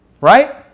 Right